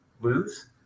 lose